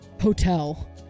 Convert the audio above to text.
hotel